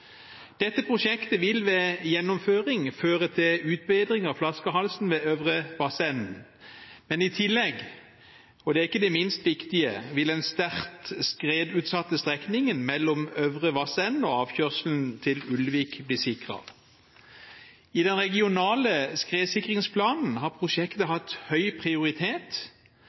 Dette prosjektet vil ved gjennomføring føre til utbedring av flaskehalsen ved Øvre Vassenden. Men i tillegg, og det er ikke det minst viktige, vil den sterkt skredutsatte strekningen mellom Øvre Vassenden og avkjørselen til Ulvik bli sikret. I den regionale skredsikringsplanen har prosjektet hatt høy prioritet,